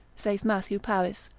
saith matthew paris,